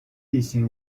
地形